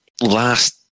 last